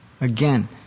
Again